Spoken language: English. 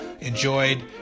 enjoyed